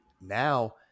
Now